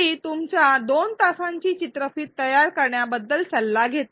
ती तुमचा 2 तासांची चित्रफित तयार करण्याबद्दल सल्ला घेते